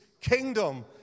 kingdom